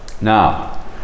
Now